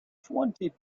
twenty